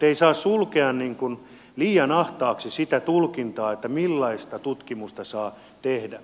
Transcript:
ei saa sulkea liian ahtaaksi sitä tulkintaa millaista tutkimusta saa tehdä